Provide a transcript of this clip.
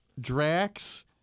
Drax